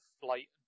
flight